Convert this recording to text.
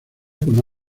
con